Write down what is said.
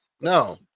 no